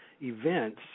events